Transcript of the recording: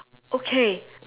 okay